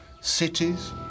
cities